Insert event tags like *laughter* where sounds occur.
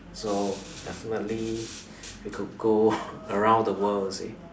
so definitely we could go *laughs* around the world you see